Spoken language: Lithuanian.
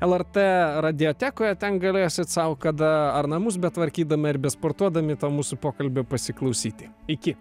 lrt radiotekoje ten galėsit sau kada ar namus betvarkydami ar besportuodami to mūsų pokalbio pasiklausyti iki